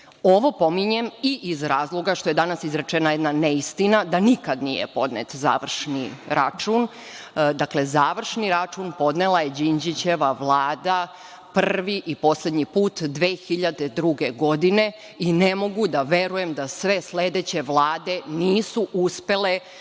Ovo pominjem i iz razloga što je danas izrečena jedna neistina, da nikad nije podnet završni račun. Dakle, završni račun podnela je Đinđičeva Vlada, prvi i poslednji put, 2002. godine. Ne mogu da verujem da sve sledeće vlade nisu uspele